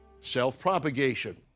self-propagation